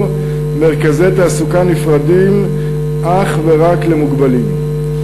מרכזי תעסוקה נפרדים ואך רק למוגבלים.